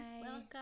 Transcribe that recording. Welcome